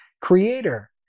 creator